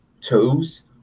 toes